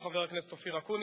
חבר הכנסת אופיר אקוניס,